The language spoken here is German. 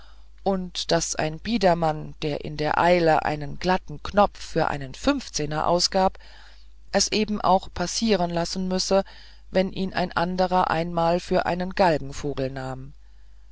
und daß ein biedermann der in der eile einen glatten knopf für einen fünfzehner ausgab es eben auch passieren lassen müsse wenn ihn ein anderer einmal für einen galgenvogel nahm